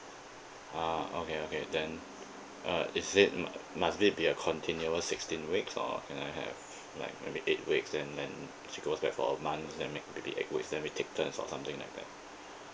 ah okay okay then uh is it must it be a continuous sixteen weeks or can I have like maybe eight weeks then she goes back for a month then make maybe eight weeks then we take turns or something like that